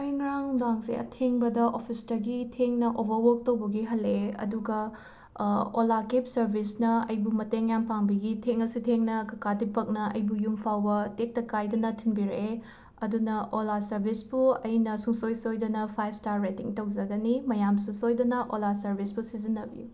ꯑꯩ ꯉꯔꯥꯡ ꯅꯨꯡꯗꯥꯡꯁꯦ ꯑꯊꯦꯡꯕꯗ ꯑꯣꯐꯤꯁꯇꯒꯤ ꯊꯦꯡꯅ ꯑꯣꯕꯔꯋꯛ ꯇꯧꯕꯒꯤ ꯍꯂꯛꯑꯦ ꯑꯗꯨꯒ ꯑꯣꯂꯥ ꯀꯦꯞ ꯁꯔꯕꯤꯁꯅ ꯑꯩꯕꯨ ꯃꯇꯦꯡ ꯌꯥꯝꯅ ꯄꯥꯡꯕꯤꯈꯤ ꯊꯦꯡꯉꯁꯨ ꯊꯦꯡꯅ ꯀꯀꯥ ꯗꯤꯄꯛꯅ ꯑꯩꯕꯨ ꯌꯨꯝ ꯐꯥꯎꯕ ꯇꯦꯛꯇ ꯀꯥꯏꯗꯅ ꯊꯤꯟꯕꯤꯔꯛꯑꯦ ꯑꯗꯨꯅ ꯑꯣꯂꯥ ꯁꯔꯕꯤꯁꯄꯨ ꯑꯩꯅ ꯁꯨꯡꯁꯣꯏ ꯁꯣꯏꯗꯅ ꯐꯥꯏꯞ ꯁ꯭ꯇꯥꯔ ꯔꯦꯇꯤꯡ ꯇꯧꯖꯒꯅꯤ ꯃꯌꯥꯝꯁꯨ ꯁꯣꯏꯗꯅ ꯑꯣꯂꯥ ꯁꯔꯕꯤꯁꯄꯨ ꯁꯤꯖꯤꯟꯅꯕꯤꯌꯨ